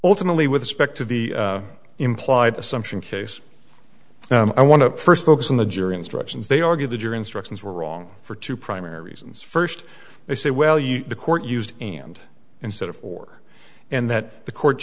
ltimately with a speck to the implied assumption case i want to first focus on the jury instructions they argue the jury instructions were wrong for two primary reasons first they say well you know the court used and instead of four and that the court